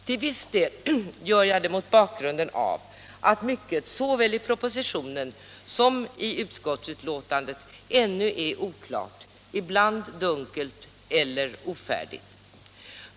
Till viss del gör jag detta mot bakgrunden av att mycket såväl i propositionen som i utskottsbetänkandet ännu är oklart, ibland dunkelt eller ofärdigt.